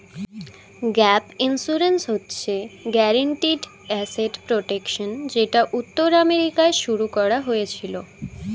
gap insurance হচ্ছে guaranteed asset protection যেটা উত্তর আমেরিকায় শুরু করা হয়েছিল